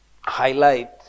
highlight